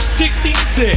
66